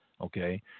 Okay